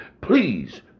please